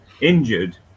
Injured